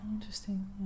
interesting